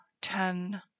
ten